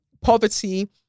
poverty